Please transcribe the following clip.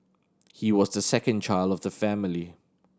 he was the second child of the family